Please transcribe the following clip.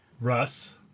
Russ